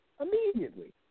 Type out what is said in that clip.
Immediately